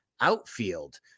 outfield